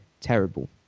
terrible